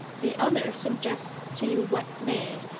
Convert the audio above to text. the other suggests to you what may,